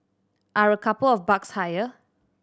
are a couple of bucks higher